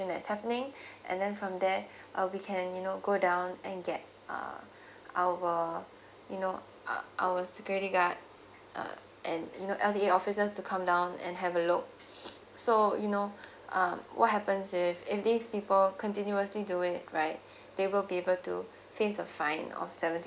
that's happening and then from there uh we can you know go down and get uh our you know uh our security guard uh and you know and the officers to come down and have a look so you know uh what happens is if these people continuously do it right they will be able to face a fine of seventy